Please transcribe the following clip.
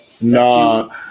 Nah